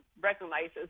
recognizes